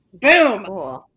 Boom